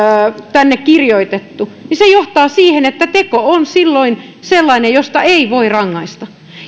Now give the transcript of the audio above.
kirjoitettu se johtaa siihen että teko on silloin sellainen josta ei voi rangaista